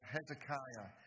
Hezekiah